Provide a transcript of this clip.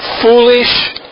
foolish